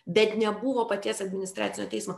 bet nebuvo paties administracinio teismo